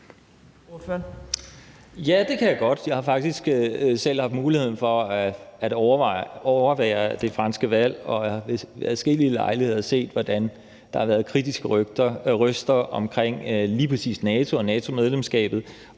Ja, det kan jeg godt. Jeg har faktisk selv haft mulighed for at overvære det franske valg og har ved adskillige lejligheder hørt, hvordan der har været kritiske røster omkring lige præcis NATO og NATO-medlemskabet